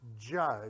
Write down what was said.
judge